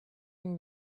him